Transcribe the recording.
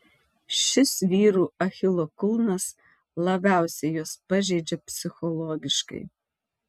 šis vyrų achilo kulnas labiausiai juos pažeidžia psichologiškai